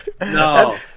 No